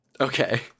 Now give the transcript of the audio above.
okay